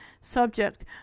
subject